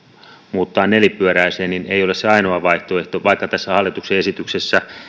muuttaa nelipyöräiseen ei ole se ainoa vaihtoehto vaikka tässä hallituksen esityksessä